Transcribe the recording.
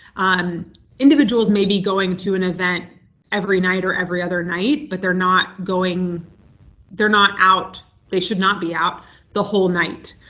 um individuals may be going to an event every night or every other night, but they're not going they're not out they should not be out the whole night.